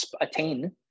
attain